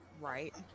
right